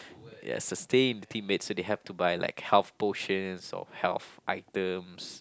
ya sustain teammates so they have to buy like health potions or health items